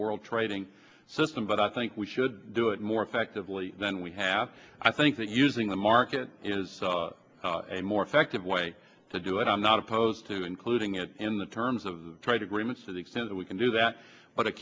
world trading system but i think we should do it more effectively than we have i think that using the market is a more effective way to do it i'm not opposed to including it in the terms of trying to agreements to the extent that we can do that but a